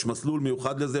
יש מסלול מיוחד לזה,